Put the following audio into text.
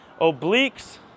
obliques